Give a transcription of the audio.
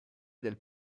del